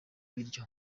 biryo